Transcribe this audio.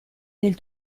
del